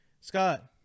Scott